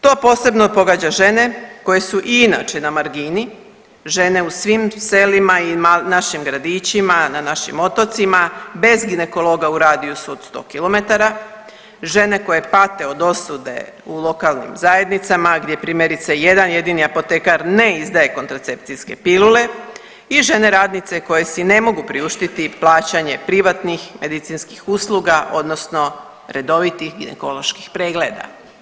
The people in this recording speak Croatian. To posebno pogađa žene koje su i inače na margini, žene u svim selima i našim gradićima, na našim otocima bez ginekologa u radiusu od 100 km, žene koje pate od osude u lokalnim zajednicama, gdje primjerice jedan jedini apotekar ne izdaje kontracepcijske pilule i žene radnice koje si ne mogu priuštiti plaćanje privatnih medicinskih usluga, odnosno redovitih ginekoloških pregleda.